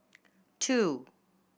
two